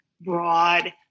broad